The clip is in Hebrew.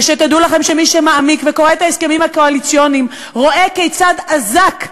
ותדעו לכם שמי שמעמיק וקורא את ההסכמים הקואליציוניים רואה כיצד אזק,